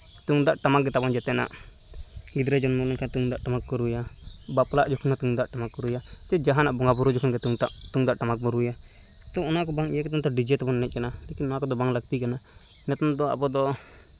ᱛᱩᱢᱫᱟᱹᱜ ᱴᱟᱢᱟᱠ ᱛᱟᱵᱚᱱ ᱡᱚᱛᱚᱱᱟᱜ ᱜᱤᱫᱽᱨᱟᱹ ᱡᱚᱱᱢᱚ ᱞᱮᱱᱠᱷᱟᱱ ᱛᱩᱢᱫᱟᱜ ᱴᱟᱢᱟᱠ ᱠᱚ ᱨᱩᱭᱟ ᱵᱟᱯᱞᱟᱜ ᱡᱚᱠᱷᱚᱱ ᱦᱚᱸ ᱛᱩᱢᱫᱟᱹᱜ ᱴᱟᱢᱟᱠ ᱠᱚ ᱨᱩᱭᱟ ᱥᱮ ᱡᱟᱦᱟᱱᱟᱜ ᱵᱚᱸᱜᱟᱼᱵᱳᱨᱳ ᱡᱚᱠᱷᱚᱱ ᱛᱩᱢᱫᱟᱹᱜ ᱴᱟᱢᱟᱠ ᱵᱚᱱ ᱨᱩᱭᱟ ᱛᱳ ᱚᱱᱟ ᱫᱚ ᱵᱟᱝ ᱤᱭᱟᱹ ᱠᱟᱛᱮᱫ ᱱᱤᱛᱚᱝ ᱰᱤᱡᱮ ᱛᱮᱵᱚᱱ ᱮᱱᱮᱡ ᱠᱟᱱᱟ ᱞᱮᱠᱤᱱ ᱱᱚᱣᱟ ᱠᱚᱫᱚ ᱵᱟᱝ ᱞᱟᱹᱠᱛᱤ ᱠᱟᱱᱟ ᱱᱤᱛᱚᱝ ᱟᱵᱚ ᱫᱚ